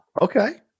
Okay